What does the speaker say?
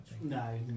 No